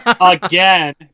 Again